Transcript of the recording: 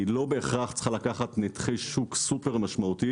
היא לא בהכרח צריכה לקחת נתחי שוק סופר-משמעותיים